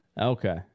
Okay